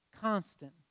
constant